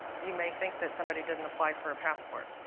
you may think that somebody didn't apply for a passport.